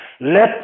let